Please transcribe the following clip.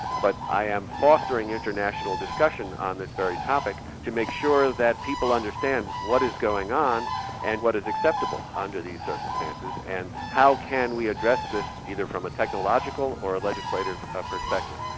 but i am fostering international discussion on this very topic to make sure that people understand what is going on and what is acceptable under these circumstances, and how can we address this either from a technological or a legislative ah perspective.